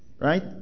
right